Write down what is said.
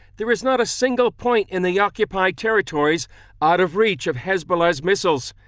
there's not a single point in the occupied territories at of reach of has ballistic missiles.